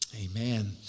Amen